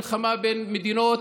מלחמה בין מדינות,